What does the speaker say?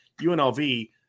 UNLV